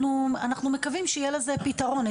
אנחנו מקווים שיהיה לזה פתרון,